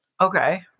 Okay